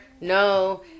no